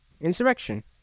insurrection